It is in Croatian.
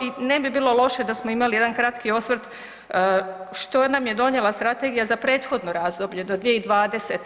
I ne bi bilo loše da smo imali jedan kratki osvrt što nam je donijela strategija za prethodno razdoblje do 2020.